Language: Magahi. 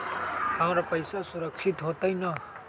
हमर पईसा सुरक्षित होतई न?